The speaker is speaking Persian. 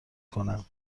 کنم